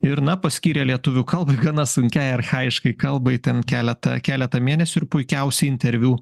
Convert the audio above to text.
ir na paskyrė lietuvių kalbai gana sunkiai archajiškai kalbai ten keletą keletą mėnesių ir puikiausiai interviu